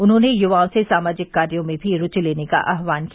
उन्होंने युवाओं से सामाजिक कार्यो में भी रूचि लेने का आह्वान किया